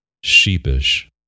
sheepish